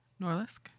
Norlisk